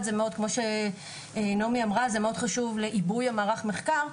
כמו שנעמי אמרה, זה מאוד חשוב לעיבוי מערך המחקר.